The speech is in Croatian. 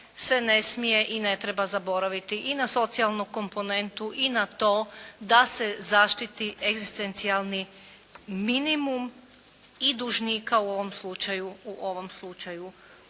se ne smije i ne treba zaboraviti i na socijalnu komponentu i na to da se zaštiti egzistencijalni minimum i dužnika u ovom slučaju